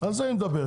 על זה היא מדברת,